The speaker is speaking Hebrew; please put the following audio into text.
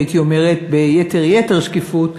ביתר-יתר שקיפות,